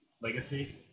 Legacy